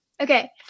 Okay